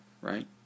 right